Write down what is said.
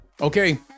okay